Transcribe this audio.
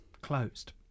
closed